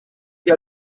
die